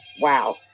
Wow